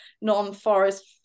non-forest